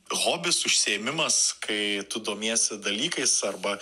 hobis užsiėmimas kai tu domiesi dalykais arba